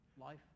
life